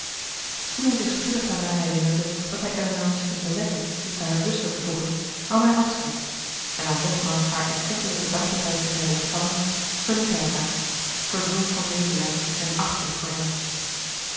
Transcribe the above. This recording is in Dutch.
toen hij zich spoedig daarna herinnerde dat hij elinor misschien belette zich bij haar zuster te voegen nam hij afscheid en na nogmaals haar erkentelijke dankbetuiging te hebben ontvangen verliet hij haar vervuld van medelijden en achting voor hem